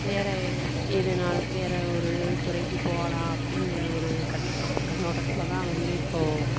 வேறு எதுனாலும் வேறு ஒரு துறைக்கு போகலாம் அப்படிங்கிற ஒரு கண்ணத்தோ கண்ணோட்டத்தில் தான் வந்து இப்போது